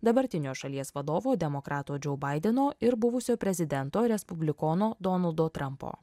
dabartinio šalies vadovo demokrato džou baideno ir buvusio prezidento respublikono donaldo trampo